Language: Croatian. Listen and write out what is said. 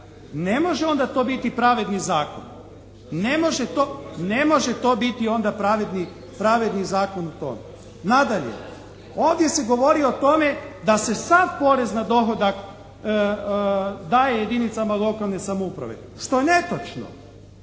ne može onda to biti pravedni zakon. Ne možete to onda biti pravedni zakon po tome. Nadalje, ovdje se govori o tome da se sav porez na dohodak daje jedinicama lokalne samouprave, što je netočno.